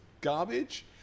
garbage